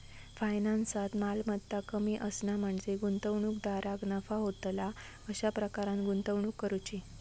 फायनान्सात, मालमत्ता कमी असणा म्हणजे गुंतवणूकदाराक नफा होतला अशा प्रकारान गुंतवणूक करुची